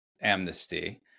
amnesty